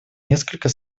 несколько